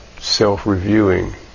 self-reviewing